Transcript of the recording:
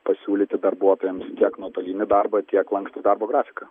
pasiūlyti darbuotojams tiek nuotolinį darbą tiek lankstų darbo grafiką